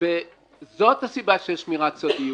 זאת הסיבה של שמירת סודיות